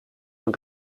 een